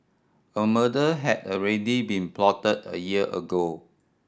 a murder had already been plotted a year ago